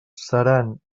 seran